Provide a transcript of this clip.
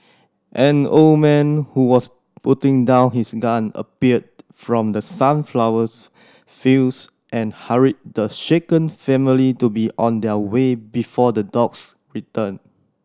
an old man who was putting down his gun appeared from the sunflowers fields and hurried the shaken family to be on their way before the dogs return